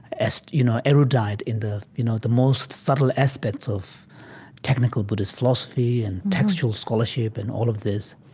as, you know, erudite in the, you know, the most subtle aspects of technical buddhist philosophy and textual scholarship and all of this